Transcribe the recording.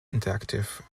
interactive